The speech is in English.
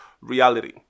reality